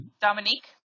Dominique